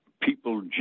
people